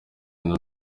kintu